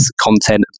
content